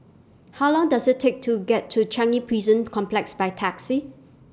How Long Does IT Take to get to Chanyi Prison Complex By Taxi